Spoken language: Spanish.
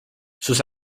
sus